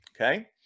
okay